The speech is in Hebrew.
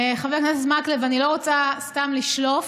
חבר הכנסת מקלב, אני לא רוצה סתם לשלוף.